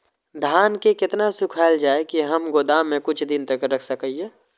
धान के केतना सुखायल जाय की हम गोदाम में कुछ दिन तक रख सकिए?